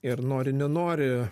ir nori nenori